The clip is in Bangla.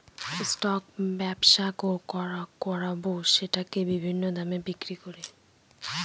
স্টক ব্যবসা করাবো সেটাকে বিভিন্ন দামে বিক্রি করে